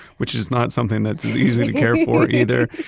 which is not something that's easy to care for either,